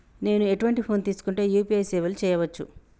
నేను ఎటువంటి ఫోన్ తీసుకుంటే యూ.పీ.ఐ సేవలు చేయవచ్చు?